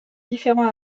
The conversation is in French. différents